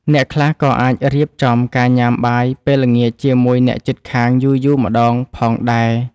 អ្នកខ្លះក៏អាចរៀបចំការញ៉ាំបាយពេលល្ងាចជាមួយអ្នកជិតខាងយូរៗម្ដងផងដែរ។